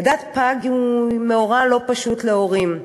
לידת פג היא מאורע לא פשוט להורים.